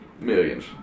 millions